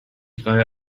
drei